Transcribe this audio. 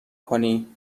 کنی